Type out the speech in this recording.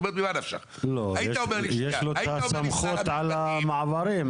יש לו את הסמכות על המעברים.